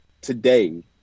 today